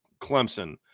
Clemson